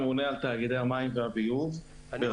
הממונה על תאגידי המים והביוב ברשות המים.